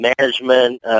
management –